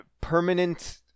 Permanent